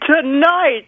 tonight